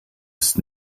ist